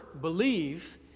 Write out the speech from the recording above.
believe